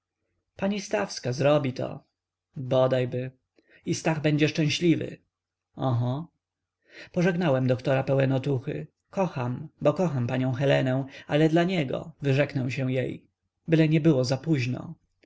pani stawska zrobi to bodajby i stach będzie szczęśliwy oho pożegnałem doktora pełen otuchy kocham bo kocham panią helenę ale dla niego wyrzeknę się jej byle nie było zapóźno